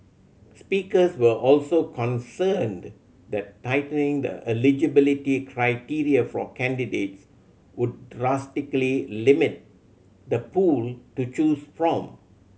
speakers were also concerned that tightening the eligibility criteria for candidates would drastically limit the pool to choose from